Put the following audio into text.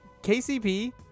KCP